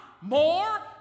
more